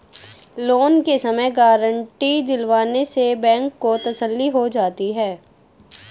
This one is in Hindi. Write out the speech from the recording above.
लोन के समय गारंटी दिलवाने से बैंक को तसल्ली हो जाती है